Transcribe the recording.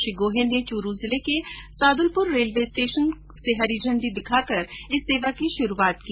श्री गोहेन ने चुरू जिले के सादुलपुर रेलवे स्टेशन से हरी झण्डी दिखाकर इस सेवा की शुरूआत की